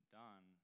done